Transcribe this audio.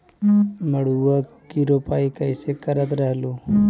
मड़उआ की रोपाई कैसे करत रहलू?